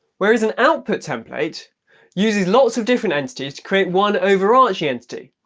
whereas an output template uses lots of different entities to create one overarching entity.